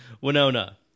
winona